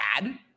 bad